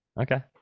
okay